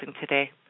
today